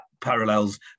parallels